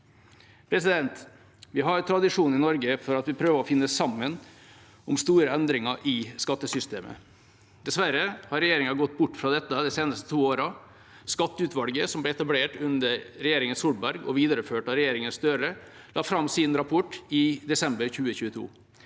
statsbudsjett. Vi har tradisjon i Norge for at vi prøver å finne sammen om store endringer i skattesystemet. Dessverre har regjeringa gått bort fra dette de seneste to årene. Skatteutvalget, som ble etablert under regjeringa Solberg og videreført av regjeringa Støre, la fram sin rapport i desember 2022.